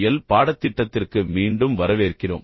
L பாடத்திட்டத்திற்கு மீண்டும் வரவேற்கிறோம்